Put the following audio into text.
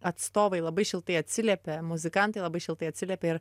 atstovai labai šiltai atsiliepė muzikantai labai šiltai atsiliepė ir